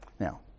Now